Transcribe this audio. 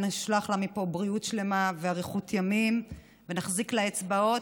ונשלח לה מפה בריאות שלמה ואריכות ימים ונחזיק לה אצבעות,